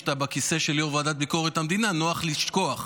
כשאתה בכיסא של יו"ר ועדת ביקורת המדינה נוח לשכוח.